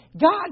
God